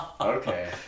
Okay